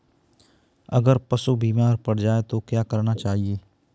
अगर पशु बीमार पड़ जाय तो क्या करना चाहिए?